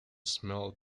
small